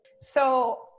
So-